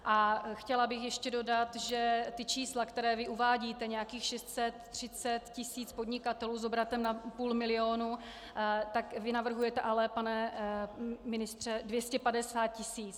A chtěla bych ještě dodat, že ta čísla, která vy uvádíte, nějakých 630 tisíc podnikatelů s obratem nad půl milionu, tak vy navrhujete ale, pane ministře, 250 tisíc.